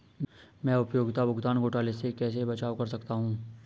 मैं उपयोगिता भुगतान घोटालों से कैसे बचाव कर सकता हूँ?